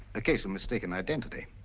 a case of mistaken identity.